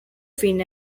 finn